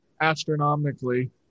astronomically